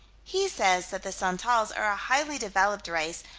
he says that the santals are a highly developed race,